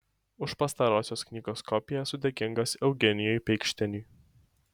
už pastarosios knygos kopiją esu dėkingas eugenijui peikšteniui